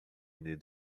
need